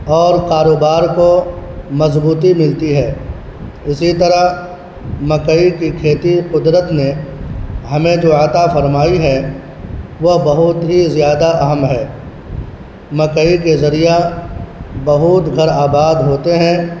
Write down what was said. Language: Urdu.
اور کاروبار کو مضبوطی ملتی ہے اسی طرح مکئی کی کھیتی قدرت نے ہمیں جو عطا فرمائی ہے وہ بہت ہی زیادہ اہم ہے مکئی کے ذریعہ بہت گھر آباد ہوتے ہیں